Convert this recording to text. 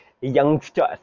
youngsters